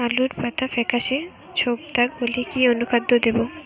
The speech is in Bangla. আলুর পাতা ফেকাসে ছোপদাগ হলে কি অনুখাদ্য দেবো?